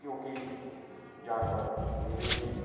ਕਿਉਂਕਿ ਜਾਨਵਰ ਜਿਵੇਂ ਕਿ